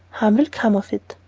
harm will come of it.